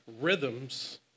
rhythms